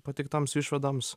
pateiktoms išvadoms